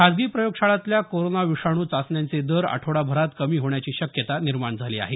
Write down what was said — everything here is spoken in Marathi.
खासगी प्रयोगशाळातल्या कोरोना विषाणू चाचण्यांचे दर आठवडाभरात कमी होण्याची शक्यता निर्माण झाली आहे